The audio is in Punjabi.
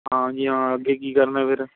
ਹਾਂਜੀ ਹਾਂ ਅੱਗੇ ਕੀ ਕਰਨਾ ਫਿਰ